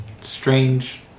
strange